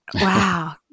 Wow